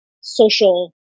social